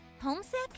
Homesick